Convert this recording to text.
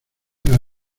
arena